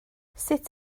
sut